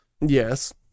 Yes